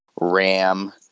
Ram